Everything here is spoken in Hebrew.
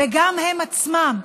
וגם הם עצמם,